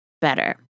better